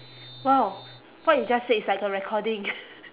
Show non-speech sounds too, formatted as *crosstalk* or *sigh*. !wow! what you just said is like a recording *noise*